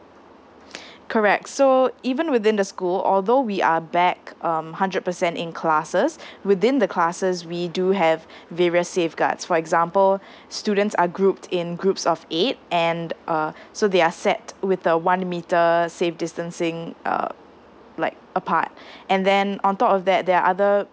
correct so even within the school although we are back um hundred percent in classes within the classes we do have various safeguards for example students are grouped in groups of eight and uh so they are set with a one meter safe distancing uh like apart and then on top of that there are other